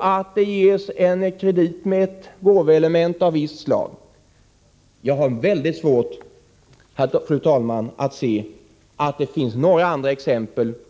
att det ges en kredit med ett gåvoelement av visst slag. Jag har väldigt svårt att se att det finns några andra exempel på detta.